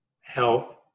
health